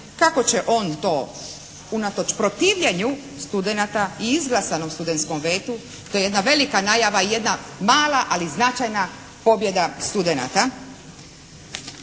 Kako će on to unatoč protivljenju studenata i izglasanom studentskom vetu, to je jedna velika najava i jedna mala ali značajna pobjeda studenata.